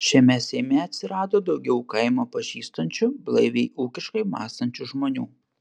šiame seime atsirado daugiau kaimą pažįstančių blaiviai ūkiškai mąstančių žmonių